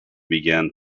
began